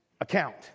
account